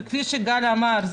וכפי שגל אוחובסקי אמר,